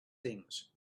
things